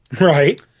Right